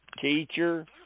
teacher